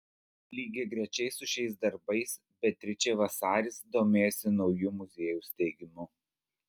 lygiagrečiai su šiais darbais beatričė vasaris domėjosi naujų muziejų steigimu